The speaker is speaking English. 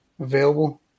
available